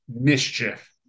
mischief